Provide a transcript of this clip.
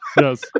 Yes